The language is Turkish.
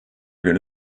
günü